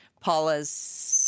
Paula's